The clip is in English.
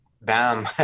Bam